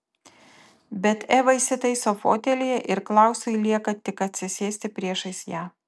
bet eva įsitaiso fotelyje ir klausui lieka tik atsisėsti priešais ją